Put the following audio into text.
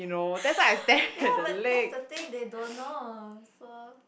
ya but that's the thing they don't know so